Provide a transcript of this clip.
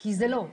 כי זה לא.